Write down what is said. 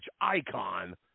icon